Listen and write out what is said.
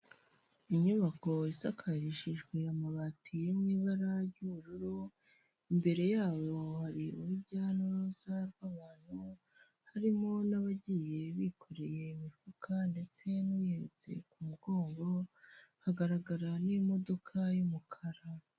Inyubakosakayishijwe amabati mu'i ibara ry'ubururu imbere yayo hari urujya n'uruza rw'abantu harimo n'abagiye bikoreye imifuka ndetse n'uyeretse ku mugongo hagaragara n'imodoka y'umukara.